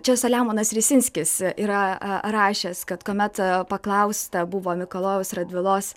čia saliamonas risinskis yra rašęs kad kuomet paklausta buvo mikalojaus radvilos